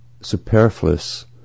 superfluous